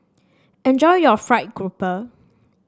enjoy your fried grouper